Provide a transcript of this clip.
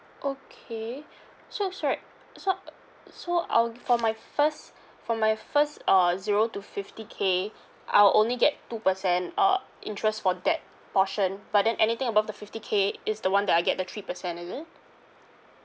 okay so it's like so uh so I'll g~ for my first for my first uh zero to fifty K I'll only get two percent uh interest for that portion but then anything above the fifty K is the one that I get the three percent is it